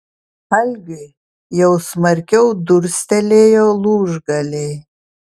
algiui jau smarkiau durstelėjo lūžgaliai